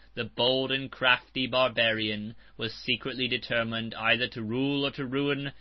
the bold and crafty barbarian was secretly determined either to rule, or to ruin,